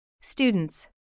Students